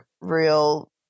real